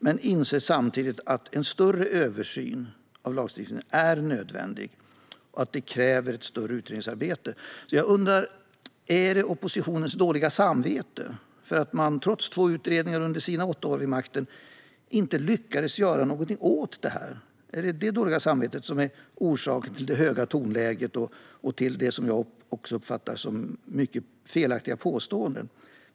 Men vi inser samtidigt att en större översyn av lagstiftningen är nödvändig och att detta kräver ett större utredningsarbete. Jag undrar om det handlar om oppositionens dåliga samvete för att man trots två utredningar under sina åtta år vid makten inte lyckades göra någonting åt detta. Är det detta dåliga samvete som är orsak till det höga tonläget och till det som jag uppfattar som felaktiga påståenden?